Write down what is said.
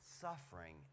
suffering